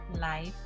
life